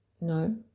No